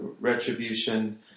retribution